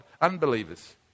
unbelievers